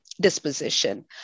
disposition